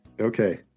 okay